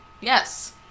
Yes